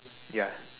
ya